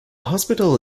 hospital